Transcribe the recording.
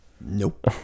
Nope